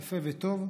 יפה וטוב,